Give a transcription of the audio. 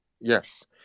Yes